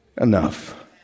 enough